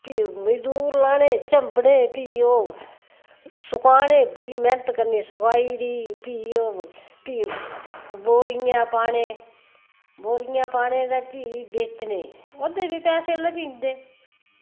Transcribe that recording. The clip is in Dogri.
फ्ही मजदूर लाने चंबणे फ्ही ओह् सुकाने बड़ी मैह्नत करनी सुकाई ड़ी फ्ही ओह् फ्ही बोरियैं पाने बोरियैं पाने ते फ्ही बेचने ओह्दे बी पैसे लब्भी जंदे